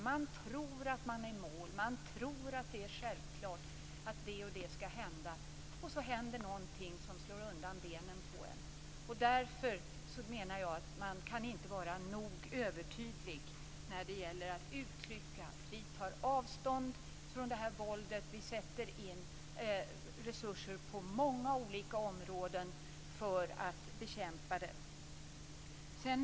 Man tror att man är i mål. Man tror att det är självklart att det ena och det andra skall ske. Sedan händer någonting som slår undan benen på en. Därför menar jag att man inte kan vara övertydlig när det gäller att uttrycka att man tar avstånd från det här våldet och att man sätter in resurser på många olika områden för att bekämpa det.